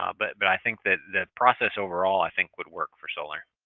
um but but i think the the process overall, i think, would work for solar.